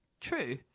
True